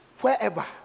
Wherever